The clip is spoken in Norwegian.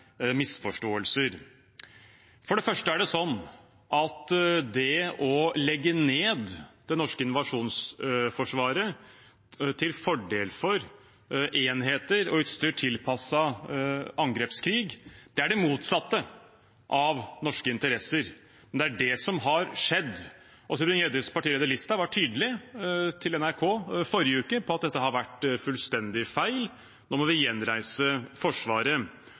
misforståelser. For det første er det sånn at det å legge ned det norske invasjonsforsvaret til fordel for enheter og utstyr tilpasset angrepskrig er det motsatte av norske interesser. Det er det som har skjedd. Og Tybring-Gjeddes partileder Listhaug var tydelig til NRK i forrige uke på at dette har vært fullstendig feil, nå må vi gjenreise forsvaret.